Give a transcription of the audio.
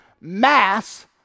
mass